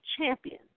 champion